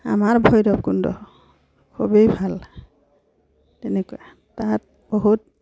আমাৰ ভৈৰৱকুণ্ড খুবেই ভাল তেনেকুৱা তাত বহুত